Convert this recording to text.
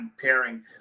pairing